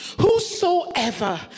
whosoever